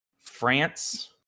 France